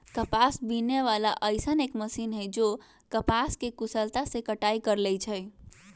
कपास बीने वाला अइसन एक मशीन है जे कपास के कुशलता से कटाई कर लेई छई